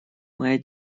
моя